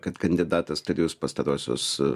kad kandidatas trejus pastaruosius